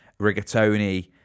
rigatoni